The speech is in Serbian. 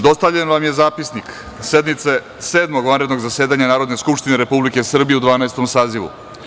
Dostavljen vam je Zapisnik sednice Sedmog vanrednog zasedanja Narodne skupštine Republike Srbije u Dvanaestom sazivu.